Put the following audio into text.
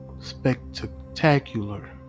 spectacular